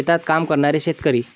शेतात काम करणारे शेतकरी